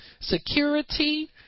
security